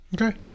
Okay